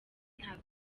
nta